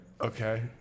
okay